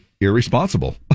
irresponsible